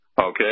Okay